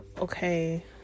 okay